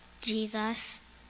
Jesus